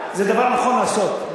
זה דבר נכון לעשות,